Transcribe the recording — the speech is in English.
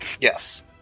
yes